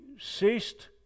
ceased